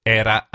era